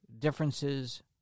differences